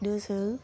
ओंखायनो जों